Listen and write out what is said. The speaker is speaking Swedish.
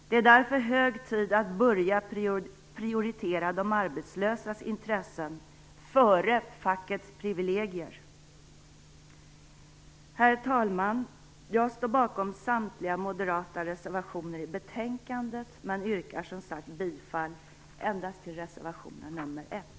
Det är därför hög tid att börja prioritera de arbetslösas intressen före fackets privilegier. Herr talman! Jag står bakom samtliga moderata reservationer i betänkandet men yrkar som sagt bifall endast till reservation nr 1.